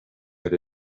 that